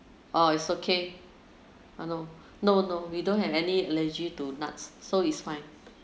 orh it's okay uh no no no we don't have any allergy to nuts so it's fine